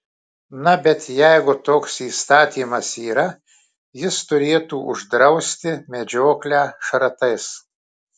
na bet jeigu toks įstatymas yra jis turėtų uždrausti medžioklę šratais